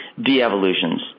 de-evolutions